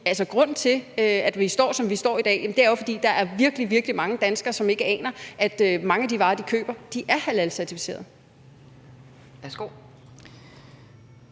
grunden til, at vi står her i dag, jo er, at der er virkelig, virkelig mange danskere, som ikke aner, at mange af de varer, de køber, er halalcertificerede.